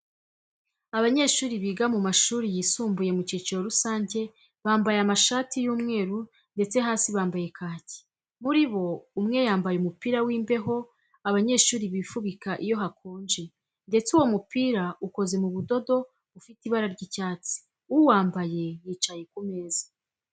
Abanyeshuri biga mu mashuri yisumbuye mu cyiciro rusange, bambaye amshati y'umweru ndetse hasi bambaye kaki. Muri bo umwe yambaye umupira w'imbeho abanyeshuri bifubika iyo hakonje ndetse uwo mupira ukoze mu budodo bufite ibara ry'icyatsi. Uwambaye yicaye ku meza.